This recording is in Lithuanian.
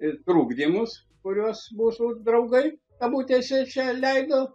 e trukdymus kuriuos mūsų draugai kabutėse čia leido